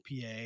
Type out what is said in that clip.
PA